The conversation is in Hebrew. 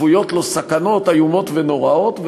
צפויות לו סכנות איומות ונוראות,